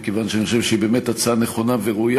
מכיוון שאני חושב שהיא באמת הצעה נכונה וראויה